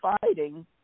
fighting